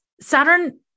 Saturn